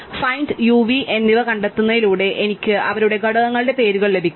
find u v എന്നിവ കണ്ടെത്തുന്നതിലൂടെ എനിക്ക് അവരുടെ ഘടകങ്ങളുടെ പേരുകൾ ലഭിക്കും